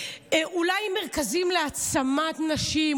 אולי מרכזים להעצמת נשים,